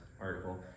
article